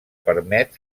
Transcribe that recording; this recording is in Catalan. permet